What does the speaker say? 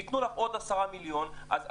ייתנו לך עוד 10 מיליון שקלים,